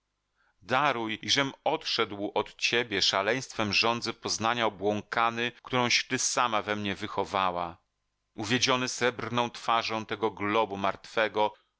daruj iżem odszedł od ciebie szaleństwem żądzy poznania obłąkany którąś ty sama we mnie wychowała uwiedziony srebrną twarzą tego globu martwego